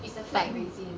it's the flag raising